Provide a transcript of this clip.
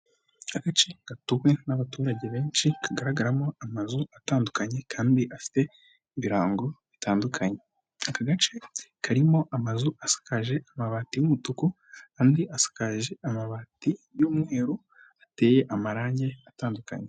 Agace gatuwe n'abaturage benshi ka garagaramo amazu atandukanye kandi afite ibirango bitandukanye aka gace karimo amazu asakaje amabati y'umutuku andi asakaje amabati y'umweru ateye amarangi atandukanye.